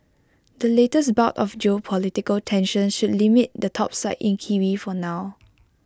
the latest bout of geopolitical tensions should limit the topside in kiwi for now